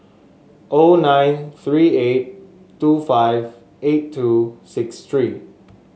O nine three eight two five eight two six three